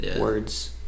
words